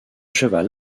cheval